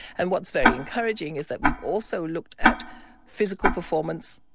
and what's very encouraging is that we've also looked at physical performance,